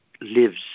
lives